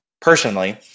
personally